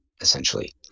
essentially